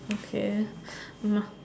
okay must